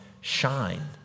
shine